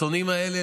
השונאים האלה,